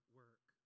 work